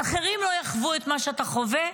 שאחרים לא יחוו את מה שאתה חווה,